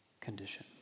condition